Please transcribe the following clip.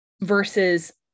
versus